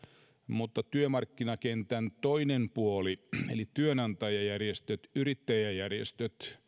mutta työmarkkinakentän toinen puoli eli työnantajajärjestöt yrittäjäjärjestöt antaa